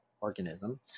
organism